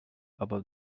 above